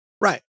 Right